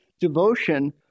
devotion